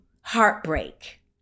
heartbreak